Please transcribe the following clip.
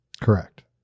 Correct